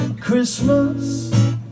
Christmas